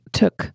took